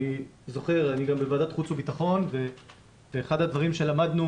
אני גם בוועדת חוץ וביטחון ואחד הדברים שלמדנו